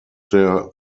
der